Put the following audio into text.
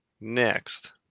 Next